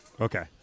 Okay